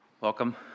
Welcome